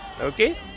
okay